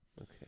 Okay